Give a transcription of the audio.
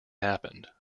happened